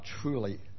truly